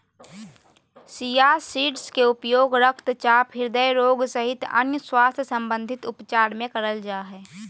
chia seeds के उपयोग रक्तचाप, हृदय रोग सहित अन्य स्वास्थ्य संबंधित उपचार मे करल जा हय